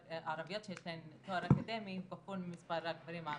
הערביות שיש להן תואר אקדמי הוא פחות ממספר הגברים הערבים.